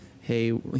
hey